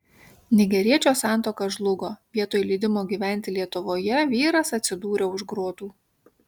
nigeriečio santuoka žlugo vietoj leidimo gyventi lietuvoje vyras atsidūrė už grotų